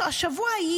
השבוע,